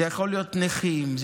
להיות נכים,